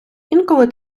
інколи